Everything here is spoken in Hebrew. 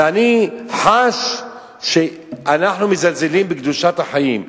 אני חש שאנחנו מזלזלים בקדושת החיים.